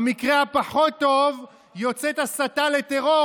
במקרה הפחות-טוב יוצאת הסתה לטרור,